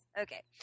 Okay